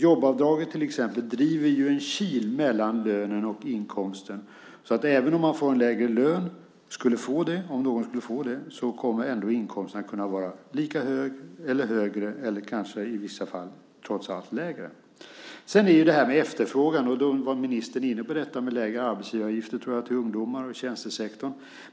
Jobbavdraget till exempel driver ju en kil mellan lönen och inkomsten, så att även om någon skulle få en lägre lön så kommer ändå inkomsten att kunna vara lika hög, högre eller kanske i vissa fall trots allt lägre. Sedan är det det här med efterfrågan. Ministern var inne på det här med lägre arbetsgivaravgifter till ungdomar och i tjänstesektorn.